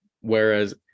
Whereas